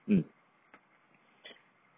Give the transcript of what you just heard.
mm